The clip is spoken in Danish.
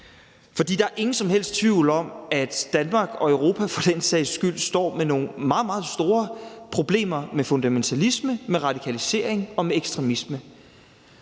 For der er ingen som helst tvivl om, at Danmark og Europa for den sags skyld står med nogle meget, meget store problemer med fundamentalisme, med radikalisering og med ekstremisme.